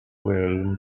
well